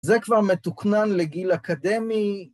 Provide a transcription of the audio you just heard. ‫זה כבר מתוקנן לגיל אקדמי.